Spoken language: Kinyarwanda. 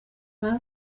riba